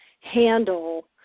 handle